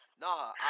no